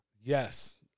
Yes